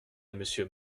monsieur